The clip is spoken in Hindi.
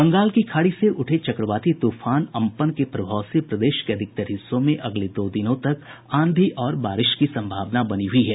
बंगाल की खाड़ी से उठे चक्रवाती तूफान अम्पन के प्रभाव से प्रदेश के अधिकतर हिस्सों में अगले दो दिनों तक आंधी और बारिश की सम्भावना बनी हुई है